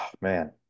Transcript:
man